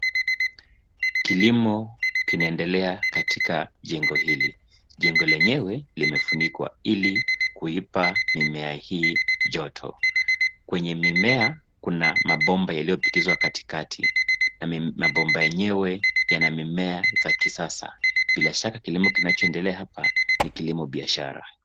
Kilimo kinaendelea katika jengo hili. Jengo lenyewe limefunikwa ili kuipa mimea hii joto. Kwenye mimea, kuna mabomba iliyopitizwa katikati na mabomba yenyewe yana mimea za kisasa. Bila shaka kilimo kinachoendelea hapa ni kilimo biashara.